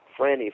Franny